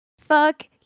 fuck